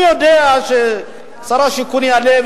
אני יודע ששר השיכון יעלה,